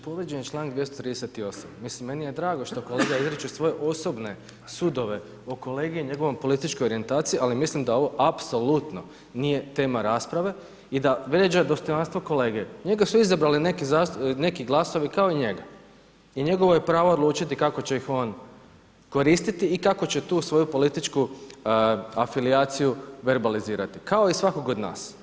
Povrijeđen je čl. 238., mislim meni je drago što kolega ističe svoje osobne sudove o kolegi i njegovoj političkoj orijentaciji, ali mislim da ovo apsolutno nije tema rasprave i da vrijeđa dostojanstvo kolege, njega su izabrali neki glasovi, kao i njega i njegovo je pravo odlučiti kako će ih on koristiti i kako će tu svoju političku afilijaciju verbalizirati, kao i svakog od nas.